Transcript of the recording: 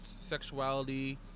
sexuality